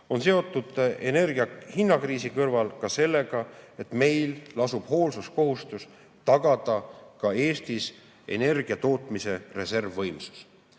on seotud energiahinnakriisi kõrval ka sellega, et meil lasub hoolsuskohustus tagada ka Eestis energiatootmise reservvõimsus.